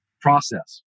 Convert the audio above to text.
process